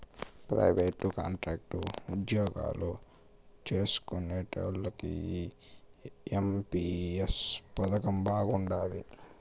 private, contract ఉజ్జోగాలు చేస్కునేటోల్లకి ఈ ఎన్.పి.ఎస్ పదకం బాగుండాది